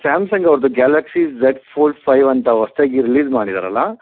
Samsung ಅವ್ರದ್ದು Galaxy Z four five ಅಂತ ಹೊಸ್ತಾಗಿ ರಿಲೀಝ್ ಮಾಡಿದ್ದಾರಲ್ಲ